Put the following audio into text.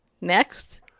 Next